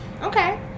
Okay